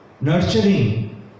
nurturing